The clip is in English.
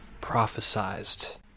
prophesized